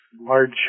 large